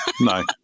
No